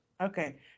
Okay